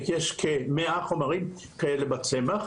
יש כ-100 חומרים כאלה בצמח,